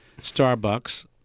Starbucks